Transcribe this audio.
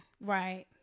Right